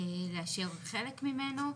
לאשר חלק ממנו,